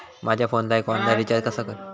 माझ्या फोनाक online recharge कसा करू?